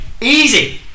easy